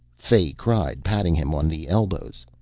fay cried, patting him on the elbows.